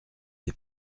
des